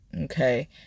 Okay